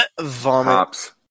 Vomit